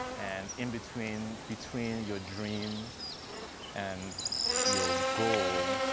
and in between, between your dream and your goal